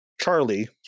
Charlie